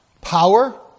power